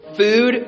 food